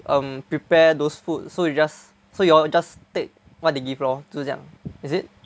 um prepare those food so you just so y'all just take what they give lor 就是这样 is it